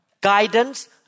guidance